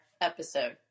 episode